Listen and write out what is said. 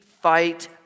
fight